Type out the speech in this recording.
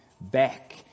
back